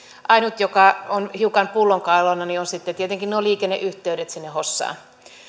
ainut joka on hiukan pullonkaulana on sitten tietenkin liikenneyh teydet sinne hossaan